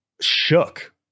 Shook